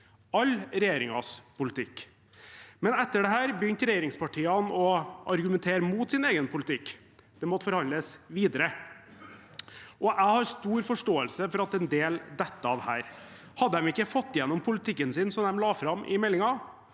all regjeringens politikk, men etter dette begynte regjeringspartiene å argumentere mot sin egen politikk. Det måtte forhandles videre. Jeg har stor forståelse for at en del faller av her. Hadde de ikke fått gjennom politikken de la fram i meldingen?